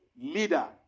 leader